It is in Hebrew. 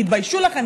תתביישו לכם,